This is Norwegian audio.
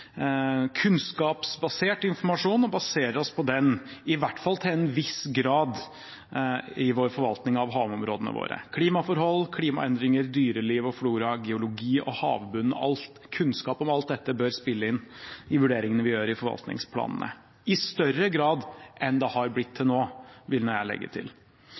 kunnskapsbasert informasjon og baserer oss på den – i hvert fall til en viss grad – i vår forvaltning av havområdene våre. Klimaforhold, klimaendringer, dyreliv, flora, geologi og havbunn – kunnskap om alt dette bør spille inn i de vurderingene vi gjør i forvaltningsplanene, i større grad enn de har gjort til nå, vil jeg legge til.